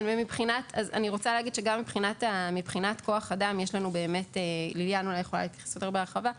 גם מבחינת כוח אדם יש לנו -- ליליאן יכולה להתייחס יותר בהרחבה.